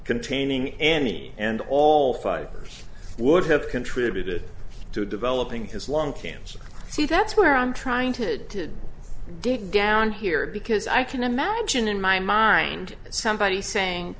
containing any and all five years would have contributed to developing his lung cancer so that's where i'm trying to dig down here because i can imagine in my mind somebody saying